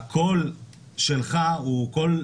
הקול שלך הוא קול,